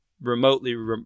remotely